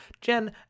Jen